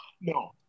No